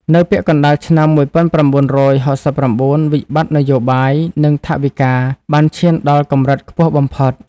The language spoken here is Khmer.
នៅពាក់កណ្តាលឆ្នាំ ១៩៦៩ វិបត្តិនយោបាយ និងថវិកាបានឈានដល់កម្រិតខ្ពស់បំផុត។